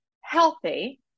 healthy